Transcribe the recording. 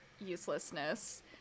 uselessness